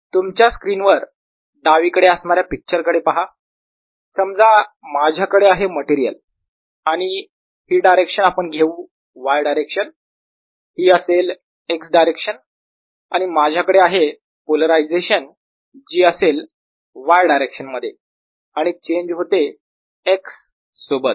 तुमच्या स्क्रीनवर डावीकडे असणाऱ्या पिक्चर कडे पहा समजा माझ्याकडे आहे मटेरियल आणि हि डायरेक्शन आपण घेऊ Y डायरेक्शन ही असेल X डायरेक्शन आणि माझ्याकडे आहे पोलरायझेशन जी असेल Y डायरेक्शन मध्ये आणि चेंज होते X सोबत